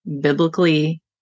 biblically